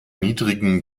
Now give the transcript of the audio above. niedrigen